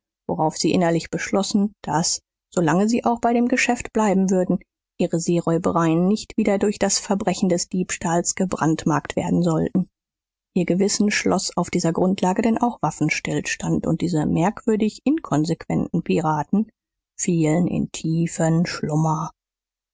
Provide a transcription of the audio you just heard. worauf sie innerlich beschlossen daß solange sie auch bei dem geschäft bleiben würden ihre seeräubereien nicht wieder durch das verbrechen des diebstahls gebrandmarkt werden sollten ihr gewissen schloß auf dieser grundlage denn auch waffenstillstand und diese merkwürdig inkonsequenten piraten fielen in tiefen schlummer